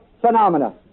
phenomena